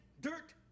dirt